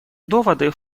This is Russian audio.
доводы